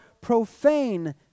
profane